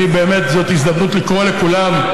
זאת הזדמנות לקרוא לכולם: